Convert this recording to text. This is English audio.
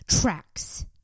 tracks